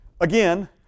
again